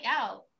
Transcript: out